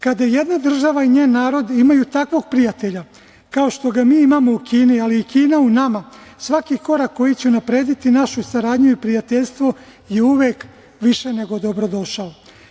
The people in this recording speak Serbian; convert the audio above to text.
Kada jedna država i njen narod imaju takvog prijatelja, kao što ga mi imamo u Kini, ali i Kina u nama, svaki korak koji će unaprediti našu saradnju i prijateljstvo je uvek više nego dobrodošao.